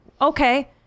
okay